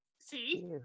see